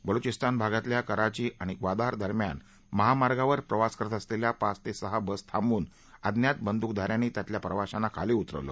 बलुयिस्तान भागातल्या कराची आणि म्वादार दरम्यान महामार्गावर प्रवास करत असलेल्या पाच ते सहा बस थांबवून अज्ञात बंदूकधाऱ्यांनी त्यातल्या प्रवाशांना खाली उतरवलं